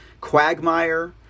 quagmire